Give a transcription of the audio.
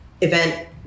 event